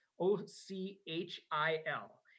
O-C-H-I-L